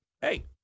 hey